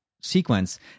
sequence